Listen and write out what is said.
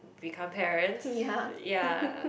become parents ya